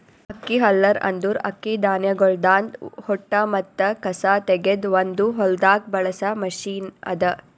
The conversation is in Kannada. ಅಕ್ಕಿ ಹಲ್ಲರ್ ಅಂದುರ್ ಅಕ್ಕಿ ಧಾನ್ಯಗೊಳ್ದಾಂದ್ ಹೊಟ್ಟ ಮತ್ತ ಕಸಾ ತೆಗೆದ್ ಒಂದು ಹೊಲ್ದಾಗ್ ಬಳಸ ಮಷೀನ್ ಅದಾ